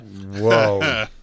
Whoa